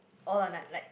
all or nut like